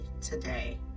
today